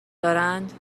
دارند